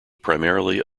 primarily